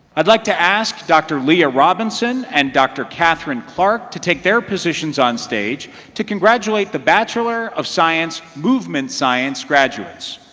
i'd like to ask dr. leah robinson and dr. katherine clark to take their positions onstage to congratulate the bachelor of science movement science graduates.